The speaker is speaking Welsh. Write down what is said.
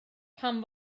pam